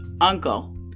uncle